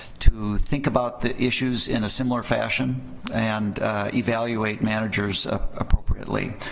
to think about the issues in a similar fashion and evaluate managers appropriately